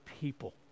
people